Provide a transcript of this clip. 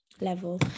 level